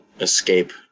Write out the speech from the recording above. escape